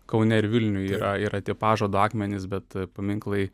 kaune ir vilniuje yra yra tie pažadą akmenys bet paminklai